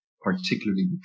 particularly